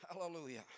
Hallelujah